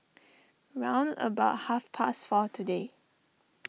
round about half past four today